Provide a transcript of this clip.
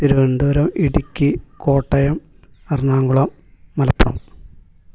Thiruvananthapuram Idukki Kottayam Ernakulam Malappuram